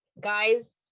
guys